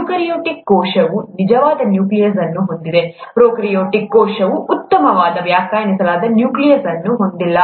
eukaryotic ಕೋಶವು ನಿಜವಾದ nucleus ಅನ್ನು ಹೊಂದಿದೆ ಪ್ರೊಕಾರ್ಯೋಟಿಕ್ ಕೋಶವು ಉತ್ತಮವಾಗಿ ವ್ಯಾಖ್ಯಾನಿಸಲಾದ ನ್ಯೂಕ್ಲಿಯಸ್ ಅನ್ನು ಹೊಂದಿಲ್ಲ